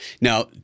Now